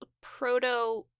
Proto